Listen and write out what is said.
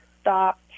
Stop